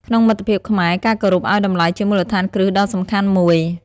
ក្នុងមិត្តភាពខ្មែរ ការគោរពឱ្យតម្លៃជាមូលដ្ឋានគ្រឹះដ៏សំខាន់មួយ។